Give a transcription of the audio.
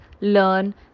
learn